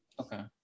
okay